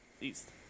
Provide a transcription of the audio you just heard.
East